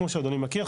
כמו שאדוני מכיר,